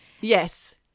Yes